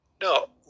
No